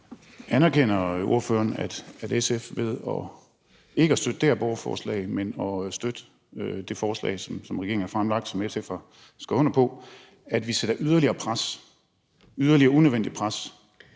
Anerkender ordføreren, at man ved ikke at støtte det her borgerforslag og at SF ved at støtte det forslag, som regeringen har fremsat, og som SF har skrevet under på, sætter yderligere unødvendigt pres